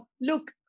look